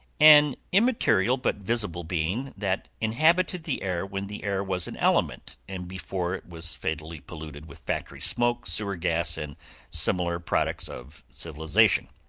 an immaterial but visible being that inhabited the air when the air was an element and before it was fatally polluted with factory smoke, sewer gas and similar products of civilization.